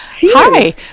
Hi